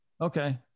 Okay